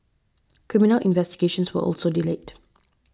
criminal investigations were also delayed